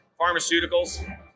pharmaceuticals